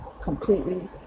completely